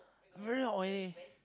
very oily